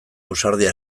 ausardia